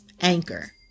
Anchor